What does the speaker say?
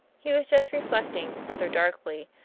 he was just reflecting, rather darkly,